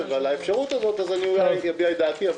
על האפשרות הזאת אז אולי אביע את דעתי,